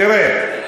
תראה,